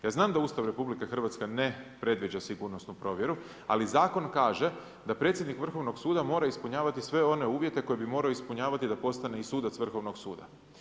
Ja znam da Ustav Republike Hrvatske ne predviđa sigurnosnu provjeru, ali zakon kaže da predsjednik Vrhovnog suda mora ispunjavati sve one uvjete koje bi morao ispunjavati da postane i sudac Vrhovnog suda.